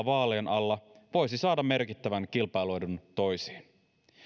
vaalien alla voisi saada merkittävän kilpailuedun toisiin